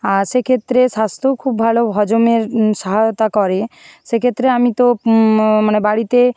আর সেক্ষেত্রে স্বাস্থ্যও খুব ভালো হজমের সহায়তা করে সেক্ষেত্রে আমি তো মানে বাড়িতে